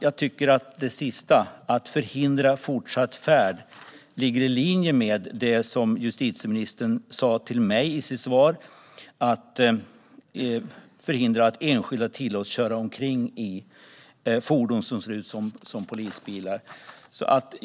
Jag tycker att det sista - att förhindra fortsatt färd - ligger i linje med det som justitieministern sa till mig i sitt svar om att förhindra att enskilda tillåts att köra omkring i fordon som ser ut som polisbilar.